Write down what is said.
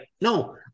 no